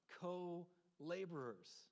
co-laborers